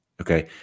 Okay